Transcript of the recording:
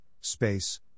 space